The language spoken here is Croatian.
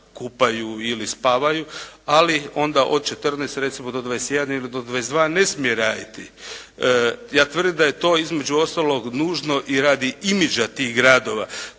kupaju ili spavaju ali onda od 14 recimo do 21 ili do 22 ne smije raditi. Ja tvrdim da je to između ostalog nužno i radi imidža tih gradova.